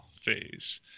phase